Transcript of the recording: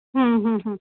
हम्म हम्म हम्म